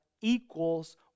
equals